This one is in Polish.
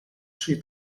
czy